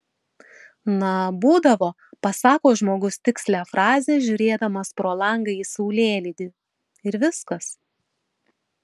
na būdavo pasako žmogus tikslią frazę žiūrėdamas pro langą į saulėlydį ir viskas